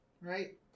right